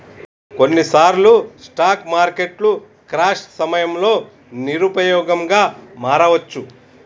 కొన్నిసార్లు స్టాక్ మార్కెట్లు క్రాష్ సమయంలో నిరుపయోగంగా మారవచ్చు